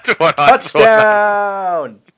Touchdown